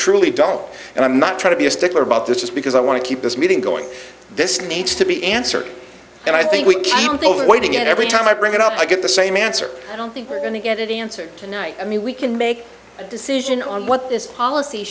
truly don't and i'm not trying to be a stickler about this just because i want to keep this meeting going this needs to be answered and i think we can't overweighting it every time i bring it up i get the same answer i don't think we're going to get it answered tonight i mean we can make a decision on what this policy